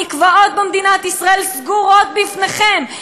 המקוואות במדינת ישראל סגורים בפניכם,